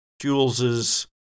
Jules's